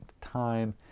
time